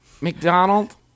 McDonald